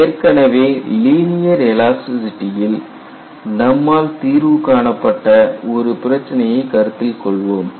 ஏற்கனவே லீனியர் எலாஸ்டிசிட்டியில் நம்மால் தீர்வு காணப்பட்ட ஒரு பிரச்சினையை கருத்தில் கொள்வோம்